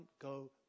go